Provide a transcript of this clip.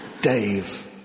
Dave